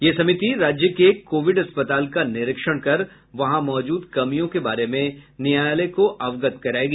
यह समिति राज्य के कोविड अस्पताल का निरीक्षण कर वहां मौजूद कमियों के बारे में न्यायालय को अवगत करायेगी